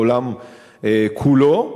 העולם כולו,